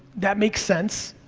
that makes sense,